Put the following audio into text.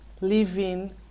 living